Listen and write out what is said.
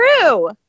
true